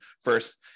first